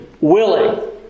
willing